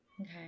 Okay